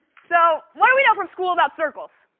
so, what do we know from school about circles?